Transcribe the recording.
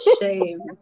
Shame